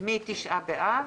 מתשעה באב,